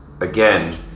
again